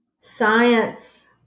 Science